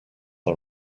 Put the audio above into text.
are